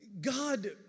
God